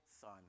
son